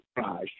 surprise